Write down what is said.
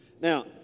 now